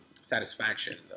satisfaction